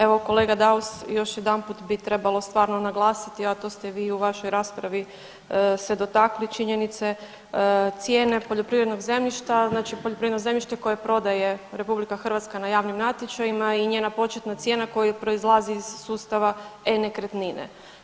Evo kolega Daus, još jedanput bi trebalo stvarno naglasiti, a to ste vi u vašoj raspravi se dotakli činjenice cijene poljoprivrednog zemljišta, znači poljoprivredno zemljište koje prodaje RH na javnim natječajima i njena početna cijena koja proizlazi iz sustava e-nekretnine.